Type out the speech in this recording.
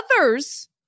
others